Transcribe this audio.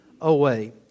away